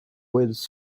with